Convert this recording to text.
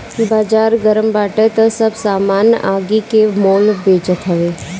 बाजार गरम बाटे तअ सब सामान आगि के मोल बेचात हवे